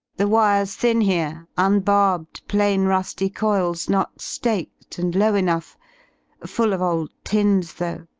the wire s thin here, unbar bed plain rusly coils, not slaked, and low enough full of old tins, though